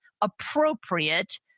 appropriate